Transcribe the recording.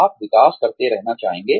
आप विकास करते रहना चाहेंगे